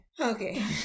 Okay